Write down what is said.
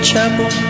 chapel